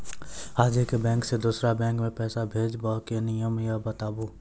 आजे के बैंक से दोसर बैंक मे पैसा भेज ब की नियम या बताबू?